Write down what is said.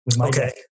Okay